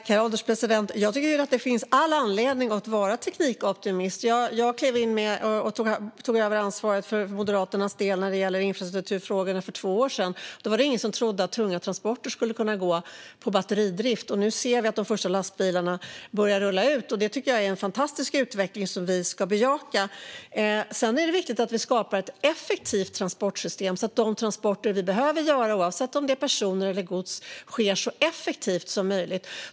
Herr ålderspresident! Det finns all anledning att vara teknikoptimist. Jag klev för två år sedan in och tog över ansvaret för infrastrukturfrågorna för Moderaternas del. Då var det ingen som trodde att tunga transporter skulle kunna gå på batteridrift. Nu ser vi de första lastbilarna börja rulla ut. Det är en fantastisk utveckling som vi ska bejaka. Det är viktigt att vi skapar ett effektivt transportsystem så att de transporter vi behöver, oavsett om det gäller av personer eller gods, sker så effektivt som möjligt.